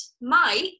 Mike